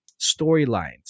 storylines